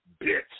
bitch